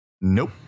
Nope